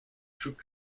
troop